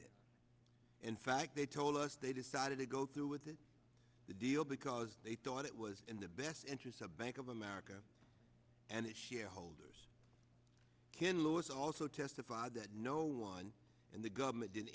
it in fact they told us they decided to go through with it the deal because they thought it was in the best interests of bank of america and its shareholders kinloss also testified that no one in the government did